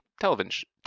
television